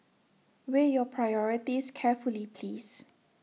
weigh your priorities carefully please